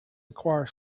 acquire